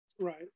right